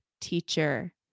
teacher